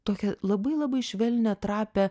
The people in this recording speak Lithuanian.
tokią labai labai švelnią trapią